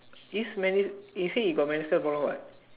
this medic he say he got metal problem what